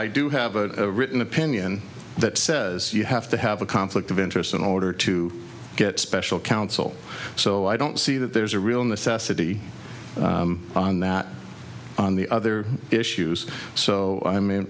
i do have a written opinion that says you have to have a conflict of interest in order to get special counsel so i don't see that there's a real necessity on that on the other issues so i